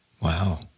Wow